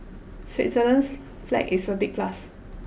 Switzerland's flag is a big plus